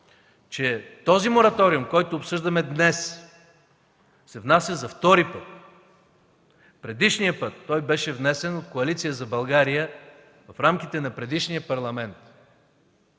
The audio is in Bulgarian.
че този мораториум, който обсъждаме днес, се внася за втори път. Предишния път той беше внесен от Коалиция за България в рамките на предишния Парламент.